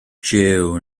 jiw